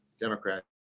Democrat